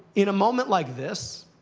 in a moment like this,